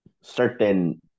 certain